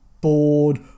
bored